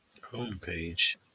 homepage